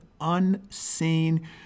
unseen